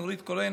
נורית קורן,